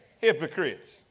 hypocrites